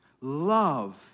love